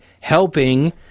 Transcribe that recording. helping